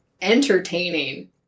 entertaining